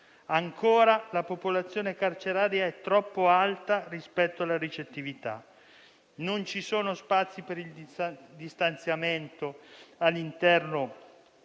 decreto. La popolazione carceraria è ancora troppo alta rispetto alla ricettività; non ci sono spazi per il distanziamento all'interno